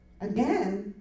again